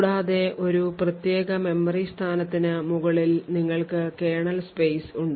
കൂടാതെ ഒരു പ്രത്യേക മെമ്മറി സ്ഥാനത്തിന് മുകളിൽ നിങ്ങൾക്ക് കേർണൽ സ്പേസ് ഉണ്ട്